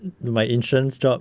my insurance job